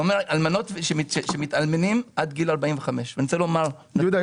אלמנות שמתאלמנות והן עד גיל 45. יהודה,